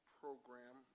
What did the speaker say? program